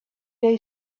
they